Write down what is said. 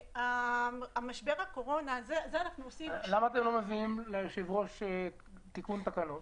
משבר הקורונה --- למה אתם לא מביאים ליושב-ראש תיקון תקנות?